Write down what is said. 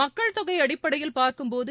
மக்கள் தொகை அடிப்படையில் பார்க்கும்போது